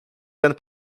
ten